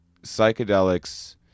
psychedelics